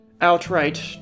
outright